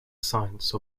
science